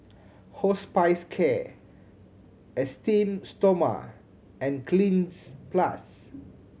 Hospicare Esteem Stoma and Cleanz Plus